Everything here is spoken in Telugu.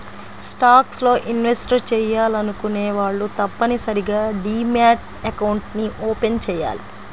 స్టాక్స్ లో ఇన్వెస్ట్ చెయ్యాలనుకునే వాళ్ళు తప్పనిసరిగా డీమ్యాట్ అకౌంట్ని ఓపెన్ చెయ్యాలి